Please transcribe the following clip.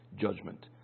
judgment